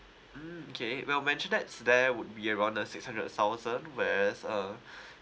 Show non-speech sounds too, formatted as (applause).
mm okay well mentioned that's there would be around uh six hundred thousand whereas uh (breath)